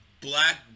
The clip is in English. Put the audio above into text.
Black